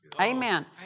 amen